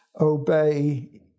obey